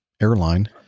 airline